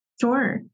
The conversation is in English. Sure